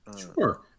Sure